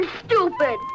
stupid